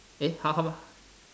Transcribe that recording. eh how how